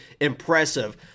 impressive